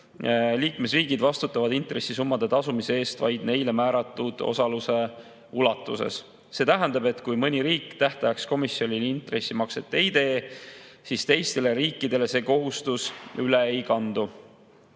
Liikmesriigid vastutavad intressisummade tasumise eest vaid neile määratud osaluse ulatuses. See tähendab, et kui mõni riik tähtajaks komisjonile intressimakset ei tee, siis teistele riikidele see kohustus üle ei kandu.